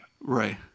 right